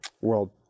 world